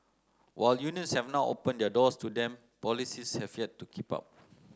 while unions have now opened their doors to them policies have yet to keep up